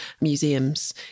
museums